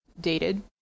dated